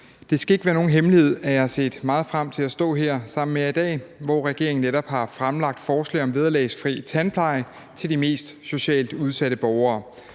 Det skal ikke være nogen hemmelighed, at jeg har set meget frem til at stå her sammen med jer i dag, hvor regeringen netop har fremlagt forslag om vederlagsfri tandpleje til de mest socialt udsatte borgere,